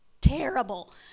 terrible